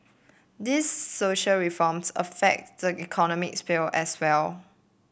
these social reforms affect the economic sphere as well